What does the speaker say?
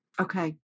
Okay